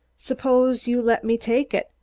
suppose you let me take it.